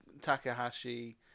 Takahashi